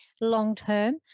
long-term